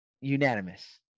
Unanimous